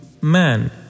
man